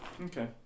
Okay